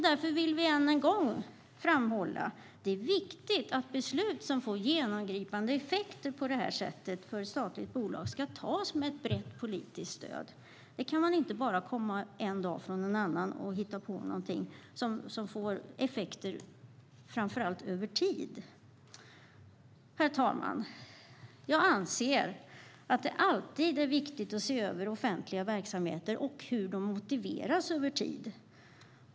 Därför vill vi än en gång framhålla att det är viktigt att beslut som får sådana genomgripande effekter på ett statligt bolag fattas med brett politiskt stöd. Man kan inte komma från en dag till en annan och hitta på något som får effekter över tid, framför allt. Herr talman! Jag anser att det alltid är viktigt att se över offentliga verksamheter och hur dessa motiveras över tid.